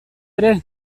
ere